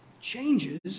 changes